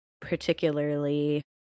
particularly